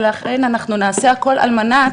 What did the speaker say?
ולכן אנחנו נעשה הכל על מנת